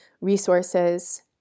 resources